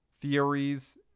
theories